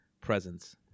presence